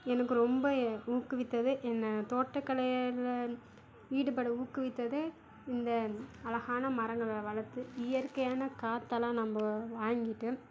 எனக்கு ரொம்ப ஊக்குவித்ததே என்ன தோட்டக்கலையேல்ல ஈடுபட ஊக்குவித்ததே இந்த அழகான மரங்களை வளர்த்து இயற்கையான காற்றலாம் நம்ப வாங்கிட்டு